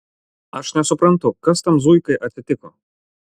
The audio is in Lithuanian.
aš nesuprantu kas tam zuikai atsitiko